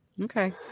Okay